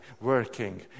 working